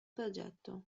progetto